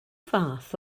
fath